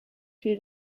she